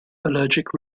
allergic